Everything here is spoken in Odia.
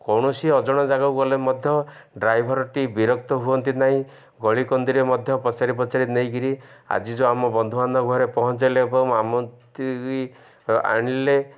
କୌଣସି ଅଜଣା ଜାଗାକୁ ଗଲେ ମଧ୍ୟ ଡ୍ରାଇଭର୍ଟି ବିରକ୍ତ ହୁଅନ୍ତି ନାହିଁ ଗଳିିକନ୍ଦିରେ ମଧ୍ୟ ପଚାରି ପଚାରି ନେଇକିରି ଆଜି ଯେଉଁ ଆମ ବନ୍ଧୁବାନ୍ଧବ ଘରେ ପହଞ୍ଚିଲେ ଆଣିଲେ